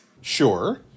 Sure